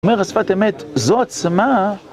זאת אומרת, בשפת אמת, זו עצמה...